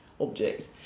object